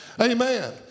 Amen